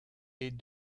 est